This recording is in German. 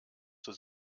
zur